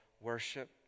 worship